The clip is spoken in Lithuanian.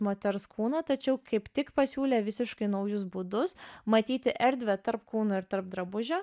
moters kūno tačiau kaip tik pasiūlė visiškai naujus būdus matyti erdvę tarp kūno ir tarp drabužių